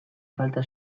falta